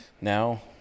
Now